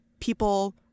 people